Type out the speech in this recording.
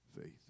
faith